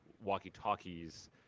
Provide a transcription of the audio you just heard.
walkie-talkies